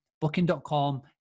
Booking.com